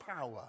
power